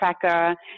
tracker